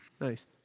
Nice